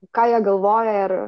ką jie galvoja ir